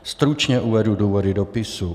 Stručně uvedu důvody dopisu.